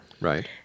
Right